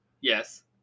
Yes